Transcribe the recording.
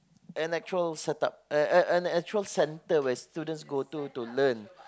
an actual set up an an an actual center where students go to to learn